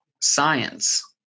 science